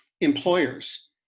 employers